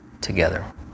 together